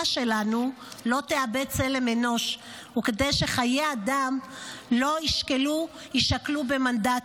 שלנו לא תאבד צלם אנוש וכדי שחיי אדם לא יישקלו במנדטים.